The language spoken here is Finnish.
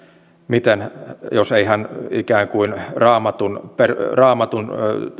miten yksittäistä naista jos ei hän ikään kuin raamatun raamatun